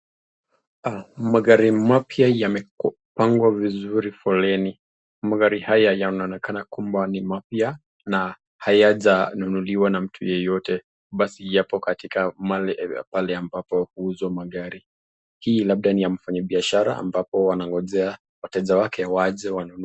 Magari mapya yamepangwa vizuri foleni. Magari haya yanaonekana kwamba ni mapya na hayajanunuliwa na mtu yeyote. Basi yapo katika mahali pale ambapo huuzwa magari. Hii labda ni ya mfanyabiashara ambapo wanangojea wateja wake waje wanunue.